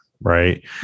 right